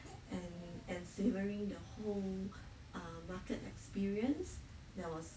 and and savouring the whole uh market experience there was